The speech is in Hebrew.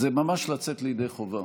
זה ממש לצאת ידי חובה.